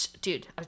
dude